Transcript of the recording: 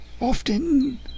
often